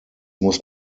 muss